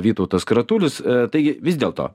vytautas kratulis taigi vis dėlto